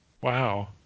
Wow